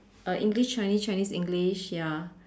uh English Chinese Chinese English ya